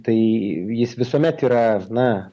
tai jis visuomet yra na